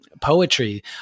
poetry